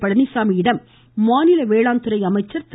பழனிச்சாமியிடம் மாநில வேளாண் அமைச்சர் திரு